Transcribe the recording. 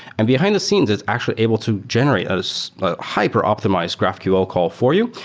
and behind-the-scenes, it's actually able to generate as hyper optimized grpahql called four u.